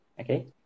Okay